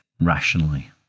rationally